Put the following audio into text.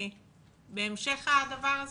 בהמשך הדבר הזה.